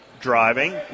driving